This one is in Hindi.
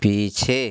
पीछे